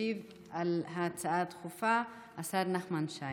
ישיב על ההצעה הדחופה השר נחמן שי.